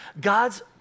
God's